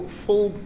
full